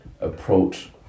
approach